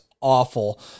awful